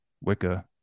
Wicca